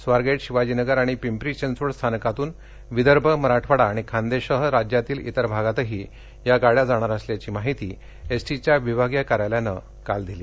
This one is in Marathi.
स्वारगेट शिवाजीनगर आणि पिंपरी चिंचवड स्थानकातून विदर्भ मराठवाडा आणि खान्देशसह राज्यातील इतर भागातही या गाड्या जाणार असल्याची माहिती एस टी च्या विभागीय कार्यालयानं काल दिली